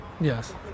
yes